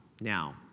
now